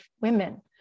women